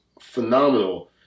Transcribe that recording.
phenomenal